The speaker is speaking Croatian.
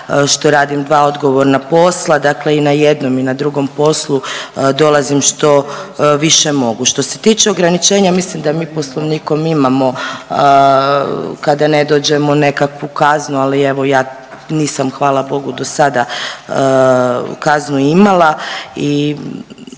što radim dva odgovorna posla, dakle i na jednom i na drugom poslu dolazim što više mogu. Što se tiče ograničenja, mislim da mi Poslovnikom imamo kada ne dođemo nekakvu kaznu, ali evo, ja nisam, hvala Bogu do sada kaznu imala i